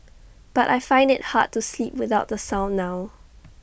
but I find IT hard to sleep without the sound now